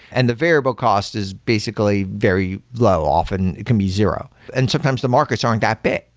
and the variable cost is basically very low, often can be zero. and sometimes the markets aren't that big.